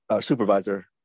supervisor